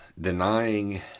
denying